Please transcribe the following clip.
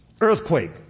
Earthquake